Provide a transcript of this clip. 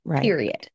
period